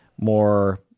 more